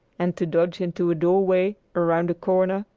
and to dodge into a doorway or round a corner,